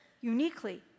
uniquely